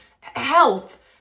health